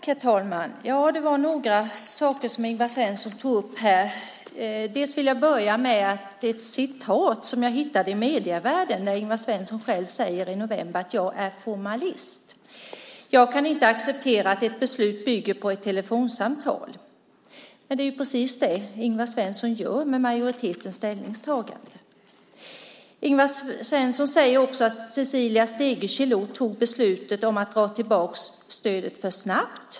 Herr talman! Jag vill beröra några saker som Ingvar Svensson tog upp. Jag börjar med ett utdrag som jag hittade i Medievärlden, där Ingvar Svensson själv i november säger: Jag är formalist. Jag kan inte acceptera att ett beslut bygger på ett telefonsamtal. Men det är ju precis det Ingvar Svensson gör med majoritetens ställningstagande. Ingvar Svensson säger också att Cecilia Stegö Chilò fattade beslutet om att dra tillbaka stödet för snabbt.